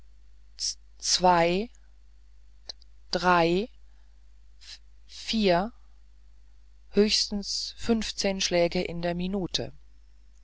zzwei ddrei vvier höchstens fünfzehn schläge in der minute